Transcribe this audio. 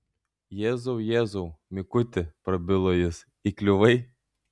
jėzau jėzau mikuti prabilo jis įkliuvai